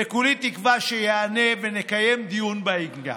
וכולי תקווה שיענה ונקיים דיון בעניין.